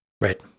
Right